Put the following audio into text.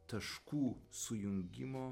taškų sujungimo